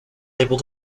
able